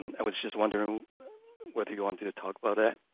i was just wondering whether you wanted to talk about ah